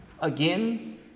again